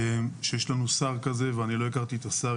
שיש לנו שר כזה ואני לא הכרתי את השר קודם,